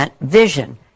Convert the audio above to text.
vision